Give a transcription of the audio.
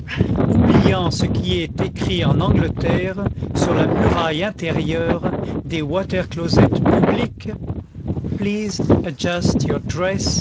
oubliant ce qui est écrit en angleterre sur la muraille intérieure des water closets publics